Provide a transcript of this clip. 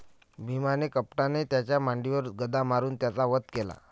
भीमाने कपटाने त्याच्या मांडीवर गदा मारून त्याचा वध केला